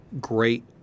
great